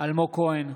אלמוג כהן,